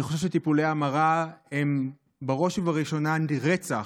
אני חושב שטיפולי ההמרה הם בראש ובראשונה רצח,